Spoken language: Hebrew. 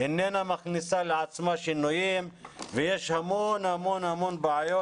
איננה מכניסה לעצמה שינויים ויש המון בעיות.